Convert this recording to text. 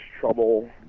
trouble